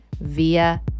via